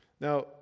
Now